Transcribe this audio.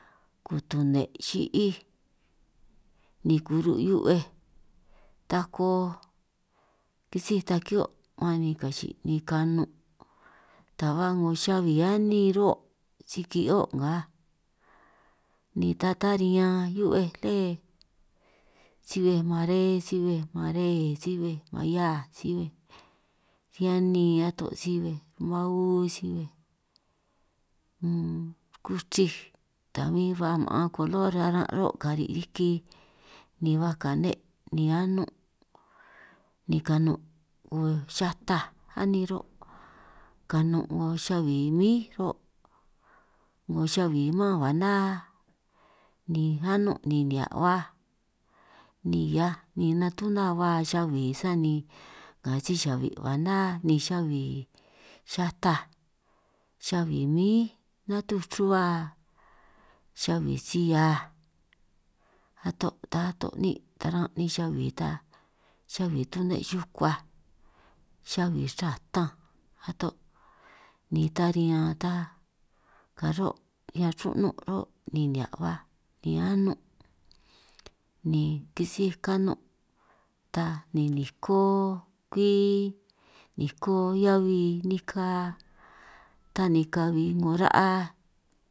Kutune xi'í ni kuru' hiu'bej tako kisíj ta ki'hio man ni kachi'i ni kanun' ta ba 'ngo xa'bi anin ro' si ki'hio' nngaj, ni ta ta riñan hiu'bej le si bbej mare, si bbej maree, si bbej mahiaj a, si bbej riñan nin, ato'si bbej mau, si bbej unn kuchrij, ta bin ba ma'an kolo riñan ara' ruhuo' kari' ni baj kane' ni anun' ni kanun' 'ngo xataj anin' ro' kanun', 'ngo xabi mín, ruhuo' 'ngo xabi man a na, ni anun' ni nihia' baj ni hiaj ni natuna ba xabi sani ka si-xabi' ka na xabi xataj xabi mín natúj ruhua xabi si hiaj ato' ta to' niín', taran nej xabi ta xabi tune' xukuaj, xabi raa tanj ato', ni ta riñan ta karo' riñan ru'nun' ruhuo' ni nihia' baj ni anun' ni kisíj kanun' ta ni niko kwi, niko hiabi nika ta ni kabi 'ngo ra'a.